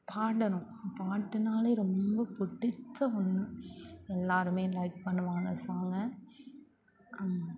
பாடணும் பாட்டுனாலே ரொம்ப பிடிச்ச ஒன்று எல்லோருமே லைக் பண்ணுவாங்க சாங்கை